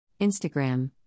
Instagram